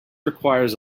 requires